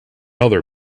other